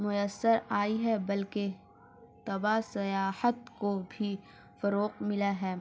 میسر آئی ہے بلکہ تبا سیاحت کو بھی فروغ ملا ہے